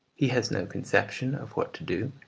he has no conception of what to do,